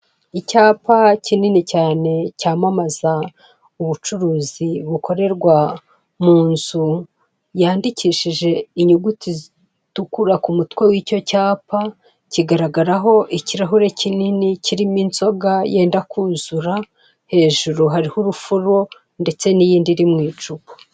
Icyapa kinini cyane cyamamaza ubucuruzi bukorerwa mu nzu yandikishije inyuguti zitukura ku mutwe w'icyo cyapa, kigaragaraho ikirahure kinini kirimo inzoga yenda kuzura hejuru hariho urufuro ndetse n'iyindi iri mu icupa.